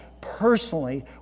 Personally